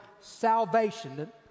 Salvation